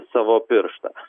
savo pirštą